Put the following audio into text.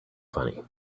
funny